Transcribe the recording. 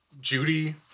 Judy